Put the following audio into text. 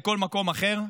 לכל מקום אחר.